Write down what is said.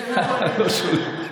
שמות.